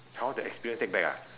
how the experience take back ah